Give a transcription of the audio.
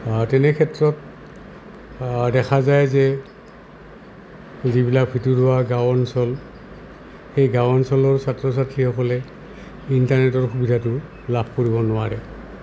তেনেক্ষেত্ৰত দেখা যায় যে যিবিলাক ভিতৰুৱা গাঁও অঞ্চল সেই গাঁও অঞ্চলৰ ছাত্ৰ ছাত্ৰীসকলে ইণ্টাৰনেটৰ সুবিধাটো লাভ কৰিব নোৱাৰে